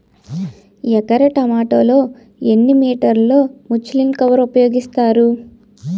ఎకర టొమాటో లో ఎన్ని మీటర్ లో ముచ్లిన్ కవర్ ఉపయోగిస్తారు?